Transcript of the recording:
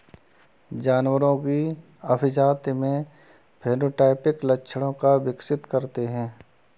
जानवरों की अभिजाती में फेनोटाइपिक लक्षणों को विकसित करते हैं